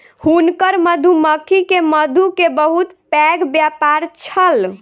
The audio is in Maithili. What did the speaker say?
हुनकर मधुमक्खी के मधु के बहुत पैघ व्यापार छल